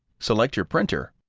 select your printer,